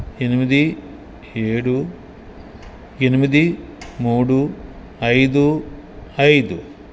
ఎనిమిది ఏడు ఎనిమిది మూడు ఐదు ఐదు